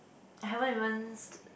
haven't even st~